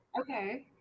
Okay